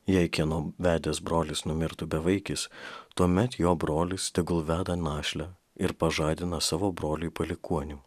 jei kieno vedęs brolis numirtų bevaikis tuomet jo brolis tegul veda našlę ir pažadina savo broliui palikuonių